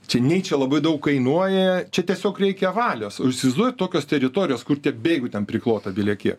čia nei čia labai daug kainuoja čia tiesiog reikia valios o įsivaizduojat tokios teritorijos kur tiek bėgių ten priklota belekiek